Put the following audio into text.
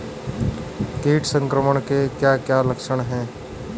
कीट संक्रमण के क्या क्या लक्षण हैं?